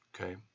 Okay